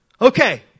Okay